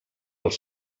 als